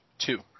two